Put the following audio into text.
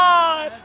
God